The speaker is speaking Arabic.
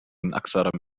أكثر